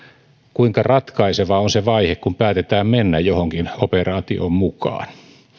kuinka ratkaiseva on se vaihe kun päätetään mennä johonkin operaatioon mukaan